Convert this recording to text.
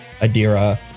adira